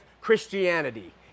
Christianity